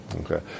Okay